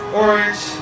orange